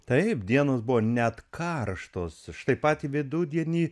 taip dienos buvo net karštos štai patį vidudienį